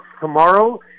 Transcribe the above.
tomorrow